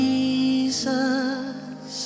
Jesus